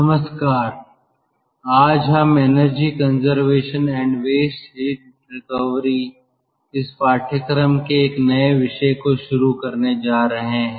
नमस्कार आज हम energy conservation and waste heat recovery इस पाठ्यक्रम के एक नए विषय को शुरू करने जा रहे हैं